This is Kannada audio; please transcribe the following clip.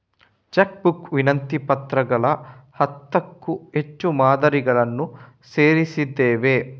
ಚೆಕ್ ಬುಕ್ ವಿನಂತಿ ಪತ್ರಗಳ ಹತ್ತಕ್ಕೂ ಹೆಚ್ಚು ಮಾದರಿಗಳನ್ನು ಸೇರಿಸಿದ್ದೇವೆ